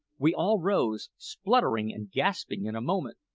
we all rose, spluttering and gasping, in a moment.